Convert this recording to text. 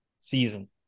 season